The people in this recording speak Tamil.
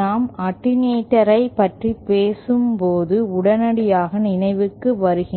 நாம் அட்டென்யூட்டர் ஐ பற்றி பேசும்போது உடனடியாக நினைவுக்கு வருகின்றன